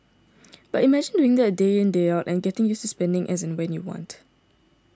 but imagine doing that day in day out and getting used to spending as and when you want